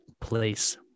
place